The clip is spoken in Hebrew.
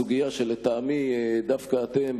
הסוגיה שלטעמי דווקא אתם,